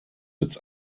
its